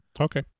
Okay